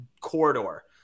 corridor